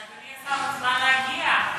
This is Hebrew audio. ואדוני השר מוזמן להגיע.